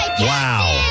Wow